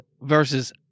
versus